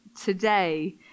today